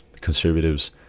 conservatives